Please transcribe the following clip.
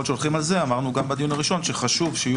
שהולכים על זה אמרנו גם בדיון הראשון שחשוב שיהיו